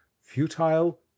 futile